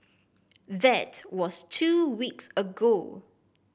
that was two weeks ago